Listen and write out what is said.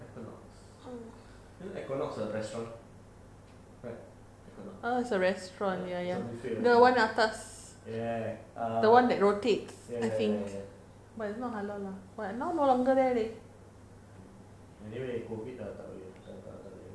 equinox you know equinox right is a restaurant right equinox ya it's a buffet restaurant err ya ya ya anyway COVID sudah tak boleh ah agak agak lain